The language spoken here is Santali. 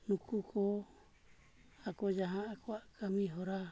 ᱱᱩᱠᱩ ᱠᱚ ᱟᱠᱚ ᱡᱟᱦᱟᱸ ᱟᱠᱚᱣᱟᱜ ᱠᱟᱹᱢᱤ ᱦᱚᱨᱟ